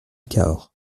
cahors